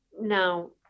Now